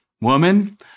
Woman